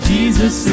Jesus